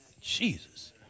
Jesus